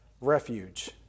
refuge